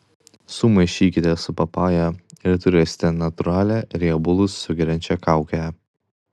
sumaišykite su papaja ir turėsite natūralią riebalus sugeriančią kaukę